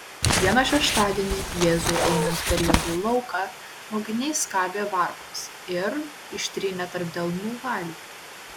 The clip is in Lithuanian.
vieną šeštadienį jėzui einant per javų lauką mokiniai skabė varpas ir ištrynę tarp delnų valgė